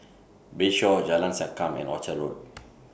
Bayshore Jalan Sankam and Orchard Road